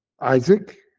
Isaac